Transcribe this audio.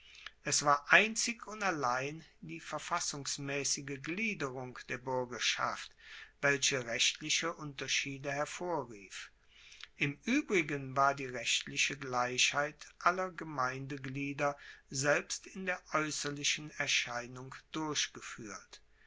es war einzig und allein die verfassungsmaessige gliederung der buergerschaft welche rechtliche unterschiede hervorrief im uebrigen war die rechtliche gleichheit aller gemeindeglieder selbst in der aeusserlichen erscheinung durchgefuehrt